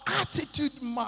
attitude